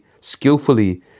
skillfully